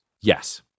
Yes